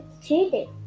cheating